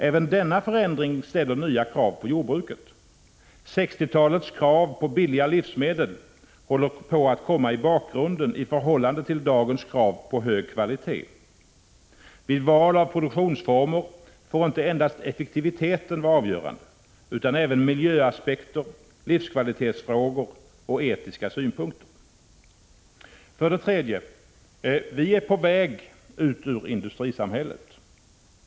Även denna förändring ställer nya krav på jordbruket. 1960-talets krav på billiga livsmedel håller på att komma i bakgrunden i förhållande till dagens krav på hög kvalitet. Vid val av produktionsformer får inte endast effektiviteten vara avgörande utan även miljöaspekter, livskvalitetsfrågor och etiska synpunkter. 3. Vi är på väg ut ur industrisamhället.